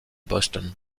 boston